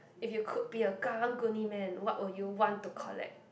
if you could be a karung-guni man what would you want to collect